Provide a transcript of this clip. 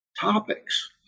topics